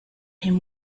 him